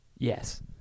Yes